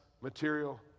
material